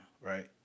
right